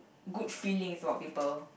good feelings about people